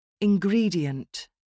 Ingredient